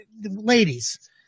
ladies